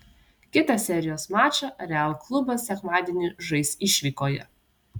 kitą serijos mačą real klubas sekmadienį žais išvykoje